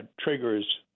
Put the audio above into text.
triggers